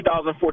2014